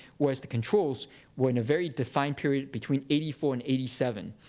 whereas the controls were in a very defined period between eighty four and eighty seven.